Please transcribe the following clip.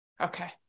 Okay